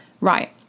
right